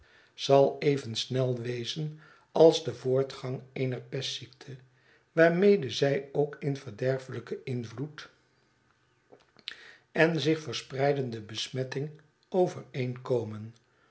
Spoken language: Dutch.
zal even snel wezen als de voortgang eener pestziekte waarmede zij ook in verderfelijken invloed en zich verspreidende besmetting overeenkomen